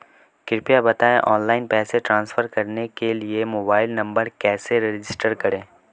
कृपया बताएं ऑनलाइन पैसे ट्रांसफर करने के लिए मोबाइल नंबर कैसे रजिस्टर करें?